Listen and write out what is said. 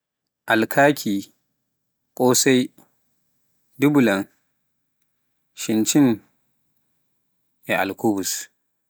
alkaaki, chincin, dubulaan, alkubus, kosai,